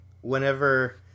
whenever